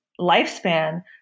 lifespan